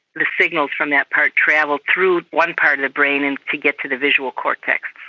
the signals from that part travel through one part of the brain and to get to the visual cortex.